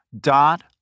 dot